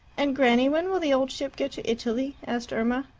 and, granny, when will the old ship get to italy? asked irma.